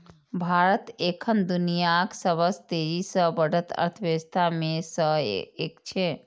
भारत एखन दुनियाक सबसं तेजी सं बढ़ैत अर्थव्यवस्था मे सं एक छै